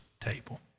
table